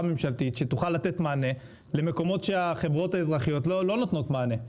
ממשלתית שתוכל לתת מענה במקומות שהחברות האזרחיות לא נותנות מענה.